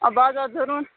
آ بہٕ حظ واتہٕ ضٔروٗر